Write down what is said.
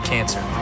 Cancer